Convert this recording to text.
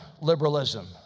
liberalism